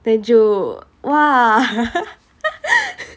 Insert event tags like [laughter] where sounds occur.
then 就 !wah! [laughs]